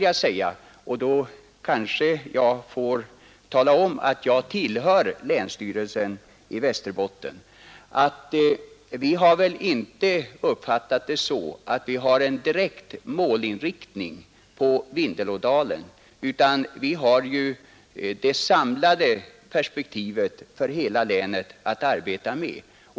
Jag får kanske tala om att jag tillhör länsstyrelsen i Västerbotten. Vi har väl inte uppfattat det så att vi har en direkt målinriktning för Vindelådalen, utan vi har ju det samlade perspektivet för hela länet att arbeta med.